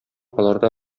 аларда